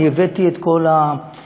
אני הבאתי את כל התכתובת,